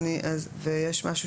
אם יש יותר,